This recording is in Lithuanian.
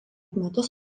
metus